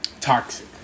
toxic